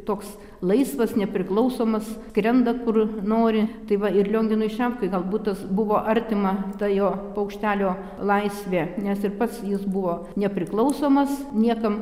toks laisvas nepriklausomas krenda kur nori tai va ir lionginui šepkai galbūt tas buvo artima ta jo paukštelio laisvė nes ir pats jis buvo nepriklausomas niekam